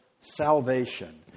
salvation